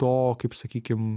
to kaip sakykim